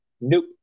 Nope